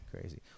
crazy